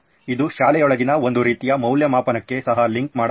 ಇದು ಶಾಲೆಯೊಳಗಿನ ಒಂದು ರೀತಿಯ ಮೌಲ್ಯಮಾಪನಕ್ಕೆ ಸಹ ಲಿಂಕ್ ಮಾಡಬಹುದು